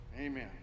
Amen